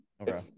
Okay